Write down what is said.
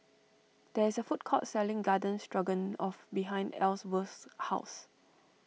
there is a food court selling Garden Stroganoff behind Ellsworth's house